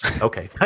Okay